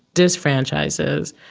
disfranchises,